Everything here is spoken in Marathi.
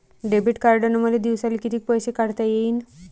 डेबिट कार्डनं मले दिवसाले कितीक पैसे काढता येईन?